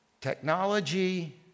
technology